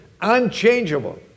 Unchangeable